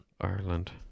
Ireland